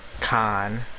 con